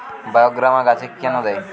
বায়োগ্রামা গাছে কেন দেয়?